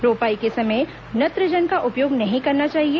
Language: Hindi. रोपाई के समय नत्रजन का उपयोग नहीं करना चाहिए